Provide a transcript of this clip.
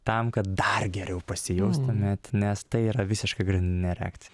tam kad dar geriau pasijustumėt nes tai yra visiškai grandininė reakcija